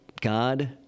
God